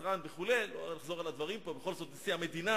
חבר הכנסת פינס אמר לי קודם שהוא מטפל בשוליים.